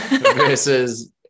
versus